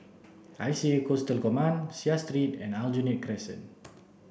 I C A Coastal Command Seah and Aljunied Crescent